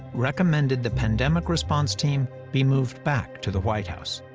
recommended the pandemic response team be moved back to the white house.